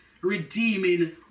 redeeming